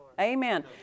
Amen